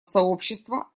сообщества